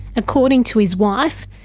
according to his wife,